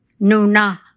nuna